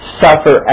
suffer